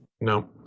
No